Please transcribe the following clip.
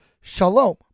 shalom